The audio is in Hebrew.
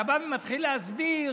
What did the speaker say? אתה בא ומתחיל להסביר